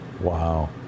Wow